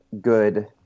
good